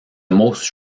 most